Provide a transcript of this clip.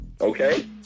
Okay